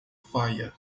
faia